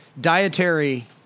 dietary